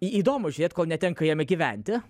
įdomu žiūrėt kol netenka jame gyventi